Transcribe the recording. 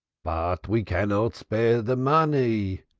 but we cannot spare the money,